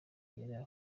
yari